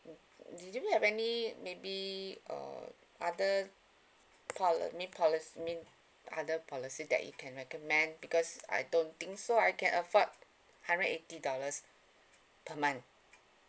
mm do you have any maybe uh other poli~ mean policy mean other policy that you can recommend because I don't think so I can afford hundred eighty dollars per month